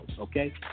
okay